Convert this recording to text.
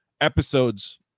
episodes